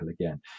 again